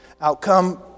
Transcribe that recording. Outcome